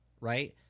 right